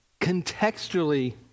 contextually